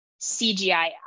CGI